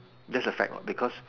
that's the fact what because